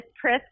Pris